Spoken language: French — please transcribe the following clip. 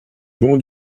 bon